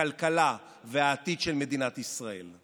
הכלכלה והעתיד של מדינת ישראל.